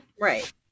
right